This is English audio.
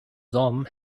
some